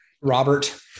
Robert